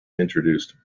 introduced